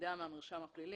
מידע מהמרשם הפלילי.